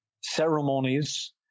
ceremonies